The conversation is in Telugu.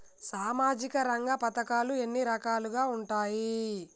సామాజిక రంగ పథకాలు ఎన్ని రకాలుగా ఉంటాయి?